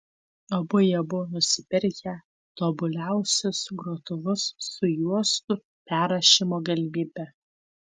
abu jie buvo nusipirkę tobuliausius grotuvus su juostų perrašymo galimybe